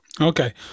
Okay